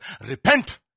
Repent